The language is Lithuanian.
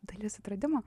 dalis atradimo